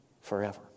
forever